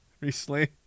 Recently